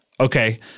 Okay